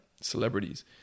celebrities